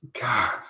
God